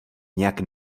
nějak